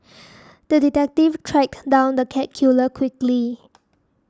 the detective tracked down the cat killer quickly